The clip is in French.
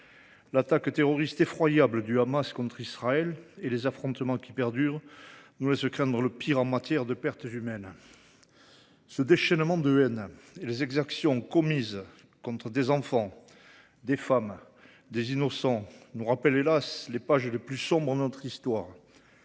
attaque terroriste du Hamas contre Israël et les affrontements qui perdurent nous laissent craindre le pire quant aux pertes humaines. Ce déchaînement de haine et les exactions commises contre des enfants, des femmes, des populations innocentes, nous rappellent les pages les plus sombres de notre histoire.